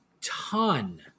ton